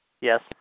Yes